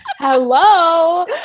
Hello